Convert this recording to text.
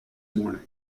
morning